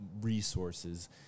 resources